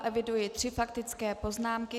Eviduji tři faktické poznámky.